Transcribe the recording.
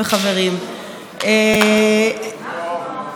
אדם ששמו נקשר,